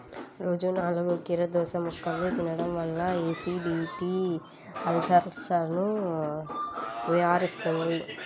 రోజూ నాలుగు కీరదోసముక్కలు తినడం వల్ల ఎసిడిటీ, అల్సర్సను నివారిస్తుంది